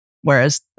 whereas